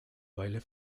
baile